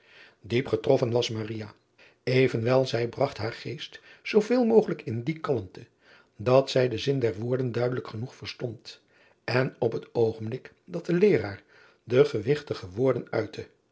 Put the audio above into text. iep getroffen was evenwel zij bragt haar geest zooveel mogelijk in die kalmte dat zij den zin der woorden duidelijk genoeg verstond en op het oogenblik dat de eeraar de gewigtige woorden uitte